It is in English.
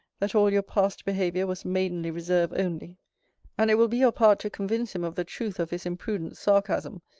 that all your past behaviour was maidenly reserve only and it will be your part to convince him of the truth of his imprudent sarcasm,